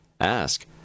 Ask